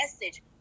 message